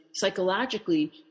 psychologically